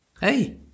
Hey